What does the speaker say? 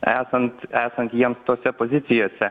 esant esant jiems tose pozicijose